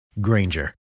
Granger